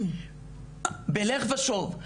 בלך ושוב,